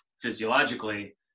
physiologically